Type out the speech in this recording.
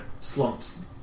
slumps